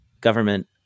government